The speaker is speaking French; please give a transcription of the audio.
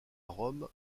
rome